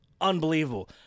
unbelievable